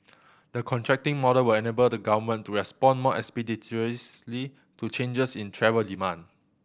the contracting model will enable the Government to respond more expeditiously to changes in travel demand